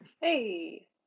Hey